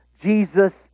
Jesus